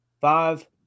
five